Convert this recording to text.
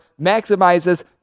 maximizes